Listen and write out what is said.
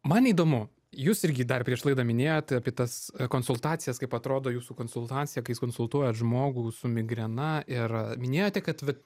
man įdomu jūs irgi dar prieš laidą minėjot apie tas konsultacijas kaip atrodo jūsų konsultacija kai jūs konsultuojat žmogų su migrena ir minėjote kad va